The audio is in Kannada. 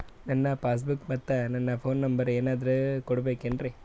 ನನ್ನ ಪಾಸ್ ಬುಕ್ ಮತ್ ನನ್ನ ಫೋನ್ ನಂಬರ್ ಏನಾದ್ರು ಕೊಡಬೇಕೆನ್ರಿ?